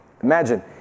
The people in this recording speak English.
Imagine